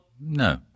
No